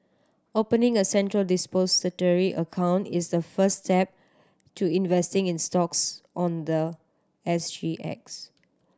opening a Central Depository account is the first step to investing in stocks on the S G X